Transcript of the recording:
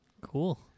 Cool